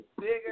bigger